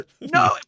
No